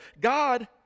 God